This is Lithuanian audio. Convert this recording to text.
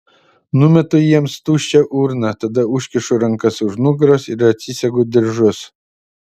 numetu jiems tuščią urną tada užkišu rankas už nugaros ir atsisegu diržus